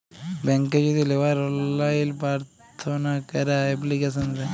ব্যাংকে যদি লেওয়ার অললাইন পার্থনা ক্যরা এপ্লিকেশন দেয়